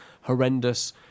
horrendous